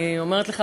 אני אומרת לך,